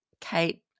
Kate